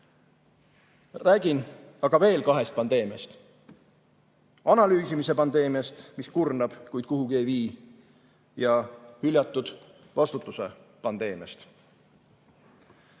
Räägin aga veel kahest pandeemiast: analüüsimise pandeemiast, mis kurnab, kuid kuhugi ei vii, ja hüljatud vastutuse pandeemiast. Head